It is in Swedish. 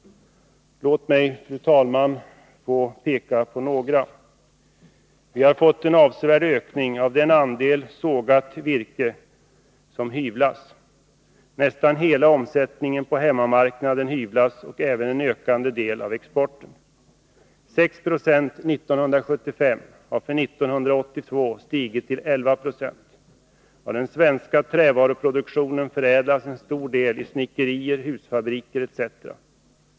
Låt mig, fru talman, peka på några. Vi har fått en avsevärd ökning av den andel sågat virke som hyvlas. Nästan hela omsättningen på hemmamarknaden hyvlas och även en ökande andel av exporten. 6 Jo 1975 har för 1982 stigit till 1196. Av den svenska trävaruproduktionen förädlas en stor del i snickerier, husfabriker etc.